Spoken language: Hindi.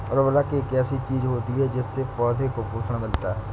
उर्वरक एक ऐसी चीज होती है जिससे पौधों को पोषण मिलता है